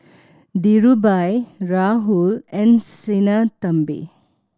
Dhirubhai Rahul and Sinnathamby